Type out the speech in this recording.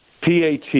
PAT